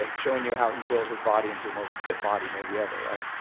ah showing you how he built his body into the most fit body maybe ever, right?